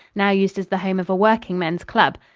now used as the home of a workingmen's club.